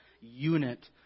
unit